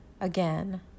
Again